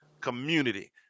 community